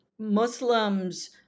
Muslims